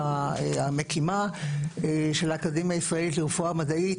המקימה של האקדמיה הישראלית לרפואה מדעית,